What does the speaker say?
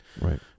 right